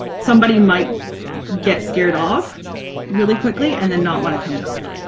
somebody might get scared off really quickly and then not want to come back.